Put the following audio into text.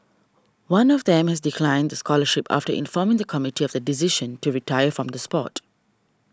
one of them has declined the scholarship after informing the committee of the decision to retire from the sport